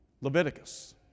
Leviticus